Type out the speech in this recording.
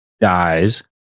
dies